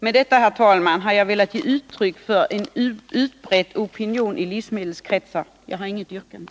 Med detta, herr talman, har jag velat ge uttryck för en bred opinion i livsmedelskretsar. Jag har inget yrkande.